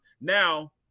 now